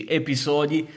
episodi